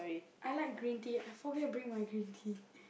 I like green tea I forget bring my green tea